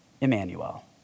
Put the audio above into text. Emmanuel